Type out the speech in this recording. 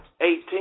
eighteen